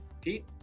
Pete